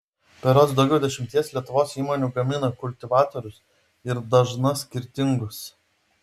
berods daugiau dešimties lietuvos įmonių gamina kultivatorius ir dažna skirtingus